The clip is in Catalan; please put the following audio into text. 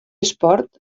esport